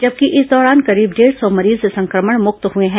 जबकि इस दौरान करीब डेढ़ सौ मरीज संक्रमण मुक्त हुए हैं